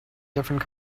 different